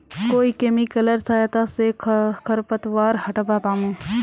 कोइ केमिकलेर सहायता से खरपतवार हटावा पामु